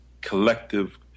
collective